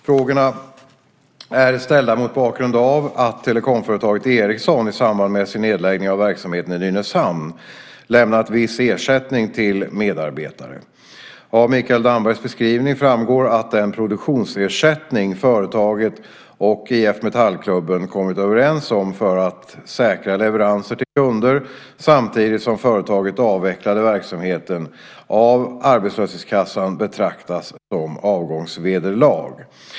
Frågorna är ställda mot bakgrund av att telekomföretaget Ericsson i samband med sin nedläggning av verksamheten i Nynäshamn lämnat viss ersättning till medarbetare. Av Mikael Dambergs beskrivning framgår att den produktionsersättning företaget och IF Metallklubben kommit överens om för att säkra leveranser till kunder samtidigt som företaget avvecklade verksamheten, av arbetslöshetskassan betraktas som avgångsvederlag.